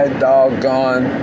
doggone